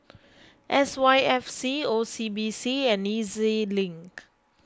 S Y F C O C B C and E Z Link